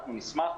אנחנו נשמח.